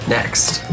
Next